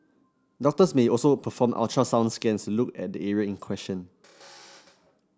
doctors may also perform ultrasound scans look at the area in question